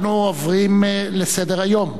אנחנו עוברים לסדר-היום,